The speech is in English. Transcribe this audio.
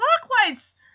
clockwise